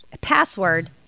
password